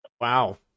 Wow